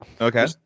okay